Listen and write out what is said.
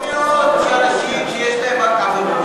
זה ראוי מאוד שאנשים שיש להם, לא יהיו שרים.